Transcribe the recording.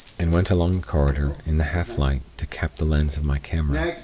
and went along the corridor in the half light to cap the lens of my camera.